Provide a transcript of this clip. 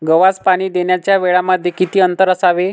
गव्हास पाणी देण्याच्या वेळांमध्ये किती अंतर असावे?